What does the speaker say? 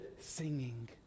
singing